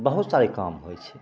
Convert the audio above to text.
बहुतसारे काम होइ छै